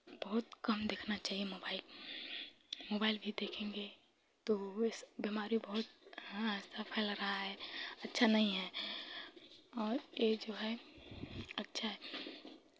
बहुत कम देखना चाहिए मोबाइल मोबाइल भी देखेंगे तो ये सब बीमारी बहुत हाँ आहिस्ता फैल रहा है अच्छा नहीं है और ये जो है अच्छा है